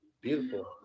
Beautiful